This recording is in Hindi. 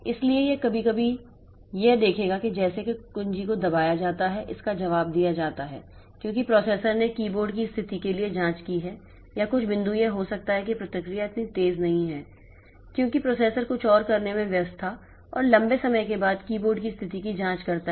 इसलिए यह कभी कभी यह देखेगा कि जैसे ही कुंजी को दबाया जाता है इसका जवाब दिया जाता है क्योंकि प्रोसेसर ने कीबोर्ड की स्थिति के लिए जांच की है या कुछ बिंदु यह हो सकता है कि यह प्रतिक्रिया इतनी तेज़ नहीं है क्योंकि प्रोसेसर कुछ और करने में व्यस्त था और यह लंबे समय के बाद कीबोर्ड की स्थिति की जाँच करता है